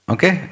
Okay